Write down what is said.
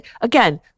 again